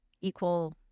equal